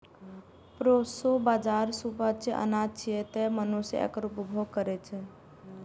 proso बाजारा सुपाच्य अनाज छियै, तें मनुष्य एकर उपभोग करै छै